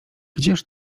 gdzież